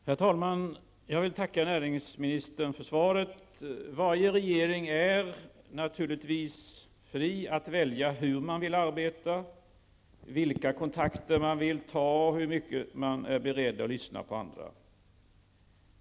Herr talman! Jag vill tacka näringsministern för svaret. Varje regering är naturligtvis fri att välja hur man vill arbeta, vilka kontakter man vill ta och hur mycket man är beredd att lyssna på andra.